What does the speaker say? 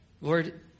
Lord